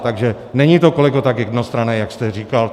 Takže není to, kolego, tak jednostranné, jak jste říkal.